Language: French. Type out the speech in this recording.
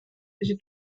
j’ai